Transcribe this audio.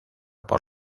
por